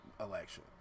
election